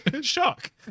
Shock